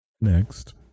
next